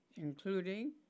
including